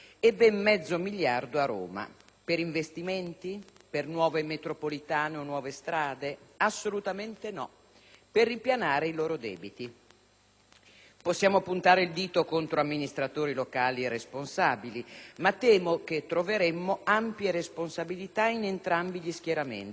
per investimenti, per nuove metropolitane o nuove strade? Assolutamente no, per ripianare i loro debiti. Possiamo puntare il dito contro amministratori locali e responsabili ma temo che troveremmo ampie responsabilità in entrambi gli schieramenti e soprattutto mancheremmo